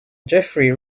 jeffery